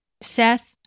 Seth